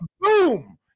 Boom